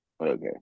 Okay